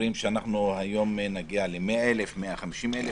ואומרים שהיום נגיע ל-100,000 או 150,000